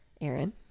Aaron